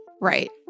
right